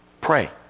pray